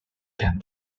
can